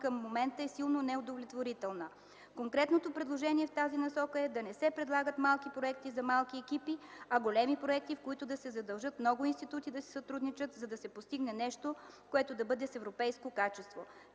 към момента е силно неудовлетворителна. Конкретното предложение в тази насока е да не се предлагат малки проекти за малки екипи, а големи проекти, в които много институти да се задължат да си сътрудничат, за да се постигне нещо, което да бъде с европейско качество.